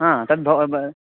हा तद् भव भवति